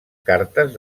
cartes